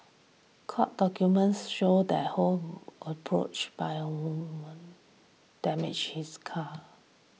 court documents showed that Ho was approached by a woman damage she's car